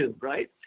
right